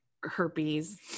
herpes